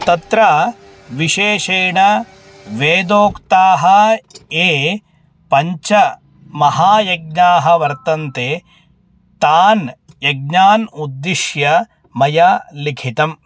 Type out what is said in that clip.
तत्र विशेषेण वेदोक्ताः ये पञ्चमहायज्ञाः वर्तन्ते तान् यज्ञान् उद्दिश्य मया लिखितम्